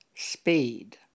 Speed